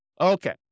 Okay